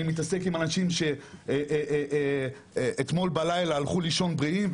אני מתעסק עם אנשים שאתמול בלילה הלכו לישון בריאים,